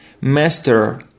Master